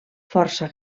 força